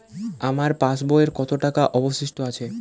আমার পাশ বইয়ে কতো টাকা অবশিষ্ট আছে?